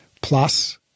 plus